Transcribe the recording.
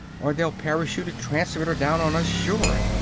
or they'll parachute a transmitter down on us sure.